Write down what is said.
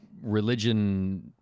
Religion